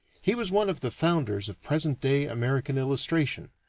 he was one of the founders of present-day american illustration,